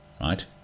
right